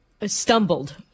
stumbled